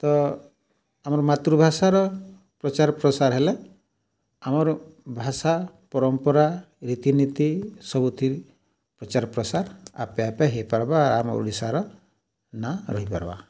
ତ ଆମର୍ ମାତୃଭାଷାର ପ୍ରଚାର୍ ପ୍ରସାର୍ ହେଲେ ଆମର୍ ଭାଷା ପରମ୍ପରା ରୀତିନୀତି ସବୁଥି ପ୍ରଚାର୍ ପ୍ରସାର୍ ଆପେ ଆପେ ହେଇପାର୍ବା ଆର୍ ଆମ ଓଡ଼ିଶାର ନାଁ ରହିପାର୍ବା